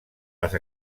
les